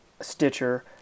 Stitcher